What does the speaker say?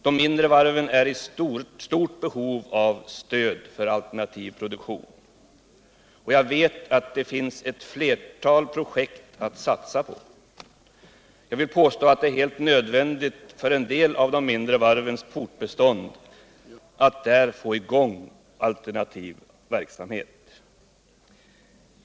De mindre varven är i stort behov av stöd för alternativ produktion, och jag vet att det finns ett flertal projekt att satsa på. Jag vill påstå att det är helt nödvändigt fören del av de mindre varvens fortbestånd att få i gång alternativ verksamhet.